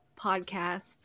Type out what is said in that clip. podcast